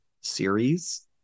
series